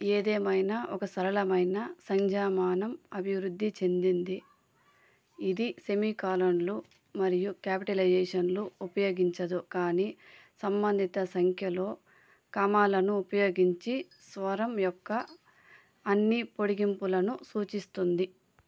ఏదేమైనా ఒక సరళమైన సంజ్ఞామానం అభివృద్ధి చెందింది ఇది సెమీకాలన్లు మరియు క్యాపిటలైజేషన్లు ఉపయోగించదు కానీ సంబంధిత సంఖ్యలో కామాలను ఉపయోగించి స్వరం యొక్క అన్ని పొడిగింపులను సూచిస్తుంది